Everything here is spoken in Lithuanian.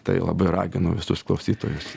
tai labai raginu visus klausytojus